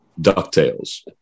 DuckTales